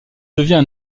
devient